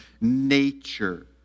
nature